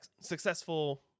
successful